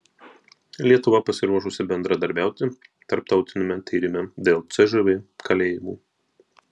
lietuva pasiruošusi bendradarbiauti tarptautiniame tyrime dėl cžv kalėjimų